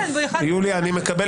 אנחנו יוצאים להפסקה.